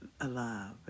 alive